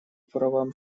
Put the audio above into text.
правам